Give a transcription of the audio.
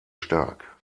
stark